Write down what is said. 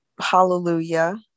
Hallelujah